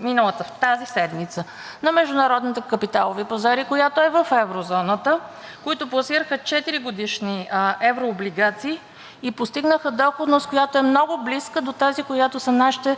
излезе тази седмица на международните капиталови пазари, която е в еврозоната, които пласираха четиригодишни еврооблигации и постигнаха доходност, която е много близка до тази, в която са нашите